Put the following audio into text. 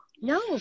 No